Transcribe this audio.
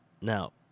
Now